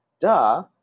duh